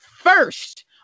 First